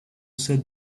said